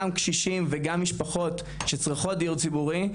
גם קשישים וגם משפחות שצריכות דיור ציבורי,